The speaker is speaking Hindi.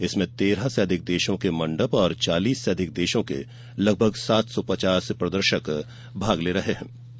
इसमें तेरह से अधिक देशों के मंडप और चालीस से अधिक देशों के लगभग सात सौ पचास प्रदर्शक भाग लेंगे